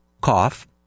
cough